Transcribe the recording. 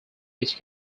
which